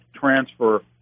transfer